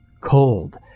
cold